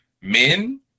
men